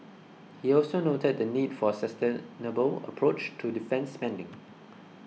he also noted the need for a sustainable approach to defence spending